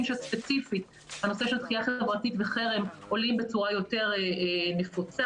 שספציפית הנושא של דחייה חברתית וחרם עולים בצורה יותר נפוצה.